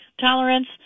tolerance